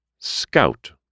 Scout